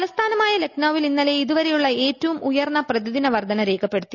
തലസ്ഥാനമായ ലക്നൌവിൽ ഇന്നലെ ഇതുവരെയുള്ള ഏറ്റവും ഉയർന്ന പ്രതിദിന വർദ്ധന രേഖപ്പെടുത്തി